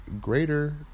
greater